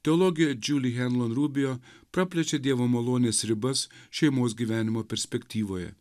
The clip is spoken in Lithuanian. teologė džuli henlon rubio praplėčia dievo malonės ribas šeimos gyvenimo perspektyvoje